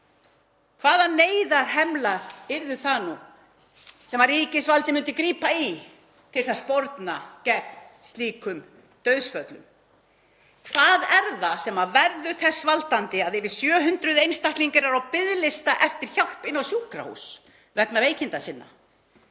hvaða neyðarhemla ríkisvaldið myndi grípa til þess að sporna gegn slíkum dauðsföllum. Hvað er það sem verður þess valdandi að yfir 700 einstaklingar eru á biðlista eftir hjálp inni á sjúkrahúsum vegna veikinda sinna?